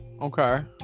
Okay